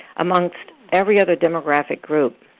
amongst every other demographic group,